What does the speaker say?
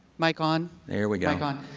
mic on? there we go. mic on?